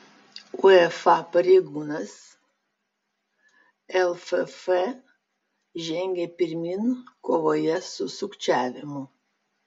uefa pareigūnas lff žengia pirmyn kovoje su sukčiavimu